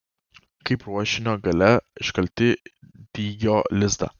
kaip ruošinio gale iškalti dygio lizdą